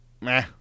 Meh